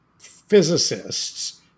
physicists